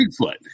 Bigfoot